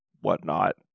whatnot